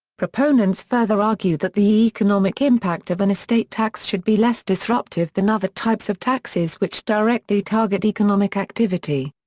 proponents further argue that the economic impact of an estate tax should be less disruptive than other types of taxes which directly target economic activity.